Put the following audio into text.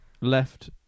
left